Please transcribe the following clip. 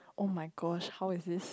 oh my gosh how is he